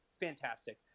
Fantastic